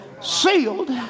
Sealed